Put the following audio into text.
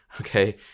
Okay